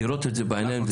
לראות את זה בעיניים.